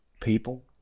people